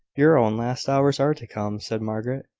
your own last hours are to come, said margaret.